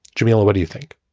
jamila, what do you think?